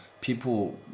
people